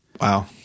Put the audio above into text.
Wow